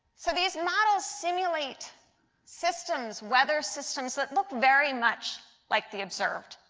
so these models simulate systems, weather systems that look very much like the observed.